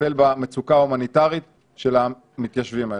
ותטפל במצוקה ההומניטרית של המתיישבים האלה,